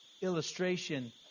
illustration